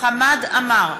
חמד עמאר,